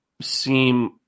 seem